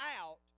out